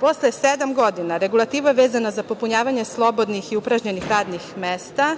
posle sedam godina regulativa vezana za popunjavanje slobodnih i upražnjenih radnih mesta